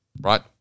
right